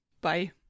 Bye